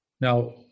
now